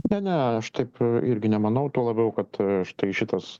ne ne aš taip irgi nemanau tuo labiau kad štai šitas